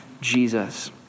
Jesus